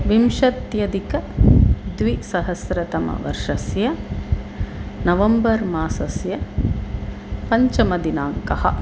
विंशत्यधिकद्विसहस्रतमवर्षस्य नवम्बर् मासस्य पञ्चमदिनाङ्कः